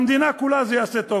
למדינה כולה זה יעשה טוב,